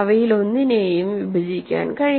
അവയിലൊന്നിനെയും വിഭജിക്കാൻ കഴിയണം